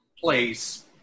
place